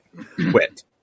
Quit